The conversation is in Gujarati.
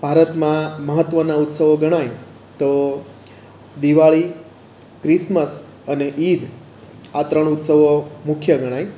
ભારતમાં મહત્ત્વના ઉત્સવો ગણાય તો દિવાળી ક્રિસમસ અને ઈદ આ ત્રણ ઉત્સવો મુખ્ય ગણાય